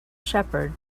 shepherd